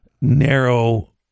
narrow